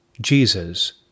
Jesus